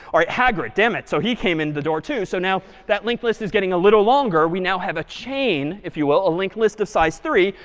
all right, hagrid, dammit, so he came in the door too. so now that linked list is getting a little longer. we now have a chain, if you will, a linked list of size three.